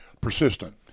persistent